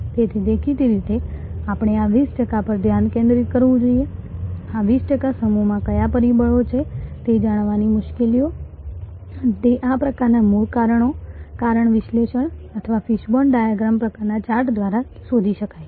તેથી દેખીતી રીતે આપણે આ 20 ટકા પર ધ્યાન કેન્દ્રિત કરવું જોઈએ આ 20 ટકા સમૂહમાં કયા પરિબળો છે તે જાણવાની મુશ્કેલીઓ અને તે આ પ્રકારના મૂળ કારણ વિશ્લેષણ અથવા ફિશબોન ડાયાગ્રામ પ્રકારના ચાર્ટ દ્વારા શોધી શકાય છે